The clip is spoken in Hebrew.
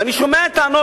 אני שומע טענות.